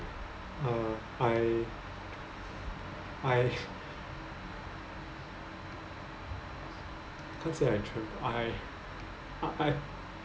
uh I I can't say I true I I